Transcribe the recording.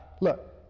Look